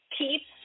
keep